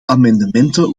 amendementen